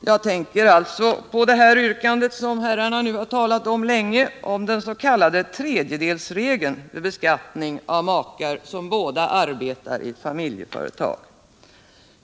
Jag tänker alltså på det yrkande som herrarna nu talat om länge. yrkandet om den s.k. tredjedelsregeln vid beskattning av makar som båda arbetar i ett familjeföretag.